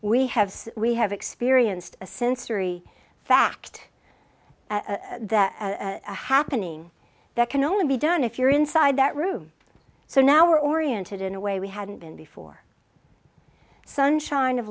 we have we have experienced a sensory fact that happening that can only be done if you're inside that room so now we're oriented in a way we hadn't been before sunshine of